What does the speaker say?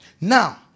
now